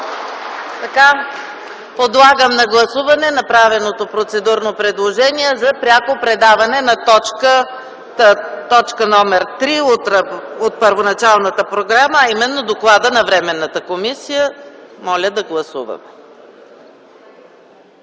Подлагам на гласуване направеното процедурно предложение за пряко предаване на т. 3 от първоначалната програма, а именно доклада на временната комисия. Гласували